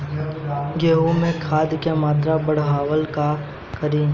गेहूं में खाद के मात्रा बढ़ावेला का करी?